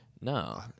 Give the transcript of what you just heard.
No